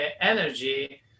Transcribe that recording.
energy